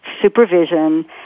supervision